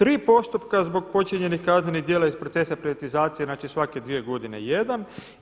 Tri postupka zbog počinjenih kaznenih djela iz procesa privatizacije znači svake dvije godine jedan.